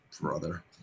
brother